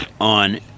on